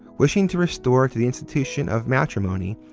wishing to restore to the institution of matrimony,